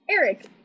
Eric